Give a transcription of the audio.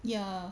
ya